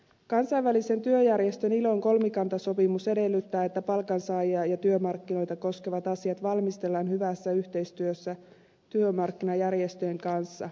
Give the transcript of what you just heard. kansainvälisen työjärjestön ilon kolmikantasopimus edellyttää että palkansaajia ja työmarkkinoita koskevat asiat valmistellaan hyvässä yhteistyössä työmarkkinajärjestöjen kanssa